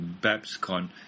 BabsCon